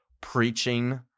preaching